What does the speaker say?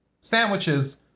Sandwiches